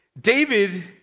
David